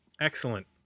Excellent